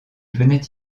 venait